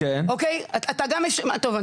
אתה גם --- טוב,